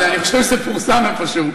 אני חושב שזה פורסם איפשהו.